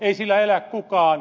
ei sillä elä kukaan